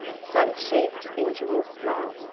sun-shaped and jewel-small,